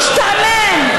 הוא השתעמם.